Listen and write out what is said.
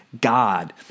God